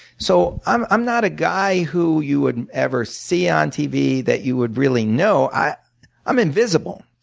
so i'm i'm not a guy who you would ever see on tv that you would really know i'm i'm invisible.